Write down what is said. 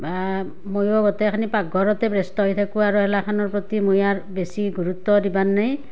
ময়ো গোটেইখিনি পাকঘৰতে ব্যস্ত হৈ থাকোঁ আৰু এইগিলাখনৰ প্ৰতি মই আৰু বেছি গুৰুত্ব দিবাৰ নেই